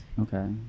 Okay